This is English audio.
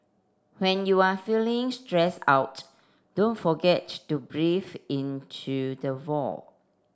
when you are feeling stressed out don't forget to breathe into the void